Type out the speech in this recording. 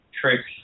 tricks